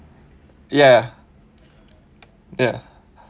ya ya